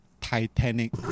Titanic